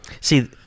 See